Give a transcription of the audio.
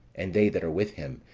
and they that are with him,